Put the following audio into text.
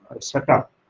setup